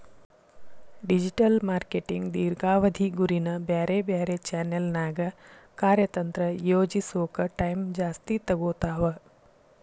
digital marketing ದೇರ್ಘಾವಧಿ ಗುರಿನ ಬ್ಯಾರೆ ಬ್ಯಾರೆ ಚಾನೆಲ್ನ್ಯಾಗ ಕಾರ್ಯತಂತ್ರ ಯೋಜಿಸೋಕ ಟೈಮ್ ಜಾಸ್ತಿ ತೊಗೊತಾವ